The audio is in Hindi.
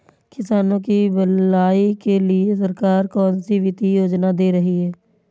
किसानों की भलाई के लिए सरकार कौनसी वित्तीय योजना दे रही है?